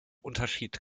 unterschied